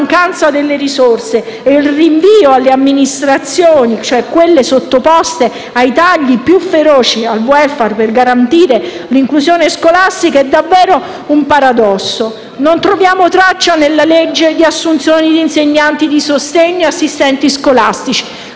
la mancanza delle risorse e il rinvio alle amministrazioni locali (cioè quelle sottoposte ai tagli più feroci sul *welfare*) per garantire l'inclusione scolastica è davvero un paradosso. Non troviamo traccia nella legge di assunzione di insegnanti di sostegno e di assistenti scolastici.